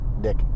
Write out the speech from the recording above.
Dick